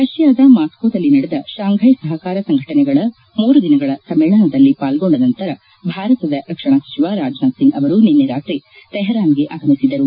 ರಷ್ಯಾದ ಮಾಸ್ಕೋದಲ್ಲಿ ನಡೆದ ಶಾಂಘೈ ಸಹಕಾರ ಸಂಘಟನೆಗಳ ಮೂರು ದಿನಗಳ ಸಮ್ಮೇಳನದಲ್ಲಿ ಪಾಲ್ಲೊಂದ ನಂತರ ಭಾರತದ ರಕ್ಷಣಾ ಸಚಿವ ರಾಜನಾಥ್ ಸಿಂಗ್ ಅವರು ನಿನ್ನೆ ರಾತಿ ಥೆಹರಾನ್ಗೆ ಆಗಮಿಸಿದರು